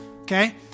okay